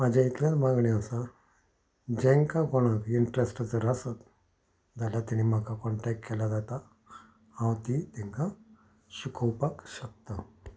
म्हजें इतलेंच मागणें आसा जांकां कोणाक इंट्रस्ट जर आसत जाल्यार तांणी म्हाका कॉण्टॅक्ट केल्यार जाता हांव ती तांकां शिकोवपाक शकतां